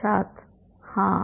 छात्र हाँ